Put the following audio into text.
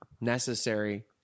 necessary